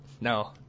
No